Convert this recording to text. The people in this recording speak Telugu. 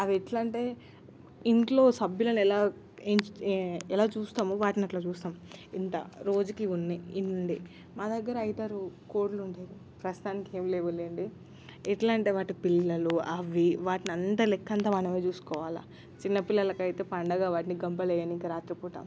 అవి ఎట్లా అంటే ఇంట్లో సభ్యులని ఎలా ఎలా చూస్తామో వాటిని అట్లా చూస్తాము ఇంత రోజుకి ఇవి ఉన్నాయి ఇన్ని ఉండే మా దగ్గర ఐదు ఆరు కోళ్ళు ఉండేవి ప్రస్తుతానికి ఏం లేవులేండి ఎట్లా అంటే వాటి పిల్లలు అవి వాటిని అంతా లెక్కంతా మనమే చూసుకోవాలి చిన్నపిల్లలకి అయితే పండగ వాటిని గంపలో వేయనీకి రాత్రిపూట